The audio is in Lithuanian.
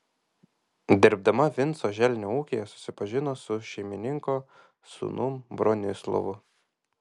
dirbdama vinco želnio ūkyje susipažino su šeimininko sūnum bronislovu